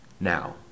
Now